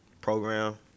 Program